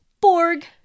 borg